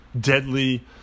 deadly